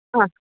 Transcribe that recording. ആ